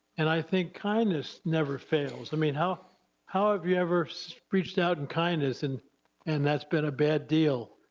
and i think kindness never fails. i mean, how how have you ever reached out in kindness and and that's been a bad deal?